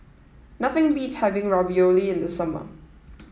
nothing beats having Ravioli in the summer